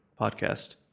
podcast